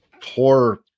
poor